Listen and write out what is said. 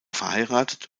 verheiratet